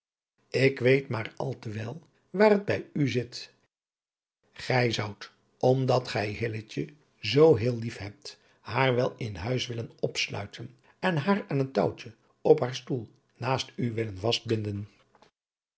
ik weet maar al te wel waar het bij u zit gij zoudt omdat gij hilletje zoo heel lief hebt haar wel in huis willen opsluiten en haar aan een touwtje op haar stoel naast u willen